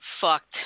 fucked